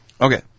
Okay